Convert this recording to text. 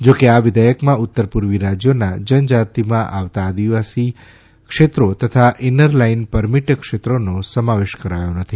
જો કે આ વિઘેયકમાં ઉત્તર પૂર્વી રાજ્યોના જનજાતિમાં આવતા આદિજાતી ક્ષેત્રો તથા ઇનર લાઇન પરમીટ ક્ષેત્રોનો સમાવેશ કરાયો નથી